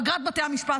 פגרת בתי המשפט,